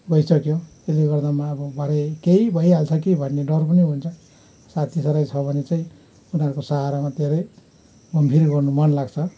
भइसक्यो त्यसले गर्दा पनि अब भरे केही भइहान्छ कि भन्ने डर पनि हुन्छ साथी छ भने चाहिँ उनीहरूको साहारामा धेरै घुमफिर गर्नु मन लाग्छ